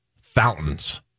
fountains